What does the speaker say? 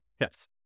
Yes